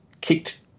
kicked